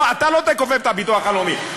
אתה לא תכופף את הביטוח הלאומי,